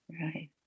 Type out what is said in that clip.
right